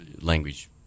language